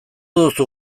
duzu